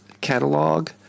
catalog